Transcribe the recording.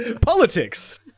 Politics